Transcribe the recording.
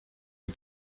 les